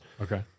Okay